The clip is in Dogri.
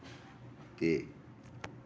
ते